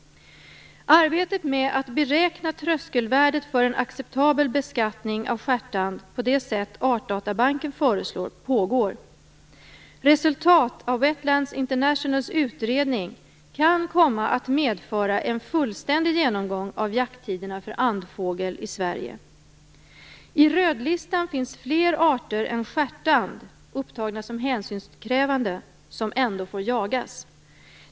Arbetet med att beräkna tröskelvärdet för en acceptabel beskattning av stjärtand på det sätt Artdatabanken föreslår pågår. Resultat av Wetlands Internationals utredning kan komma att medföra en fullständig genomgång av jakttiderna för andfågel i Sverige. I rödlistan finns fler arter än stjärtand upptagna som hänsynskrävande som ändå får jagas.